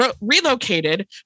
relocated